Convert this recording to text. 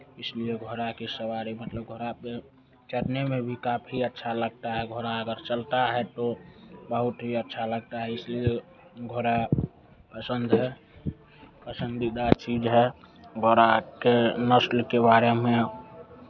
इसलिए घोड़ा की सवारी मतलब घोड़ा पे चढ़ने में भी काफी अच्छा लगता है घोड़ा अगर चलता है तो बहुत ही अच्छा लगता है इसलिए ओ घोड़ा पसंद है पसंदीदा चीज़ है घोरा के नस्ल के बारे में